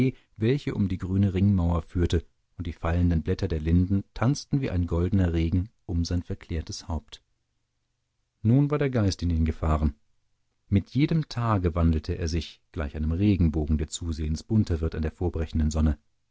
welche um die grüne ringmauer führte und die fallenden blätter der linden tanzten wie ein goldener regen um sein verklärtes haupt nun war der geist in ihn gefahren mit jedem tage wandelte er sich gleich einem regenbogen der zusehends bunter wird an der vorbrechenden sonne